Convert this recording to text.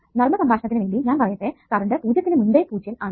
നർമ്മസംഭാഷണത്തിനു വേണ്ടി ഞാൻ പറയട്ടെ കറണ്ട് 0 ത്തിനു മുൻപേ 0 ആണ്